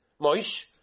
moish